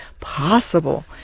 possible